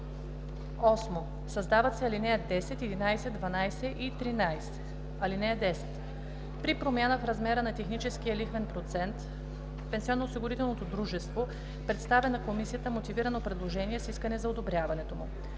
8. Създават се ал. 10, 11, 12 и 13: „(10) При промяна на размера на техническия лихвен процент пенсионноосигурителното дружество представя на комисията мотивирано предложение с искане за одобряването му.